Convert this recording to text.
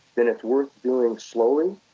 then it's worth doing slowly,